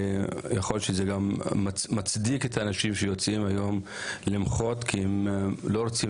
יכול להיות שזה גם מצדיק שהאנשים שיוצאים היום למחות כי הם לא רוצים